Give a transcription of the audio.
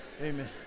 Amen